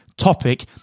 topic